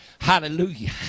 Hallelujah